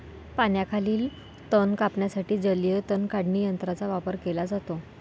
पाण्याखालील तण कापण्यासाठी जलीय तण काढणी यंत्राचा वापर केला जातो